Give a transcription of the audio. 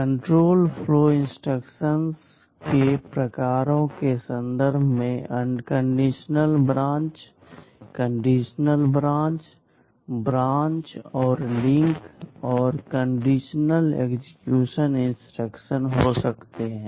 control flow instructions के प्रकारों के संदर्भ में unconditional branch conditional branch branch और लिंक और कंडीशनल एक्सेक्यूशन इंस्ट्रक्शन हो सकते हैं